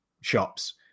shops